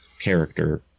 character